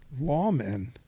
lawmen